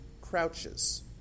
crouches